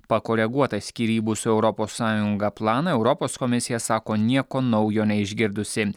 pakoreguotą skyrybų su europos sąjunga planą europos komisija sako nieko naujo neišgirdusi